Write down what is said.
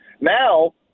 Now